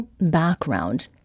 background